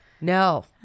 No